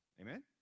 amen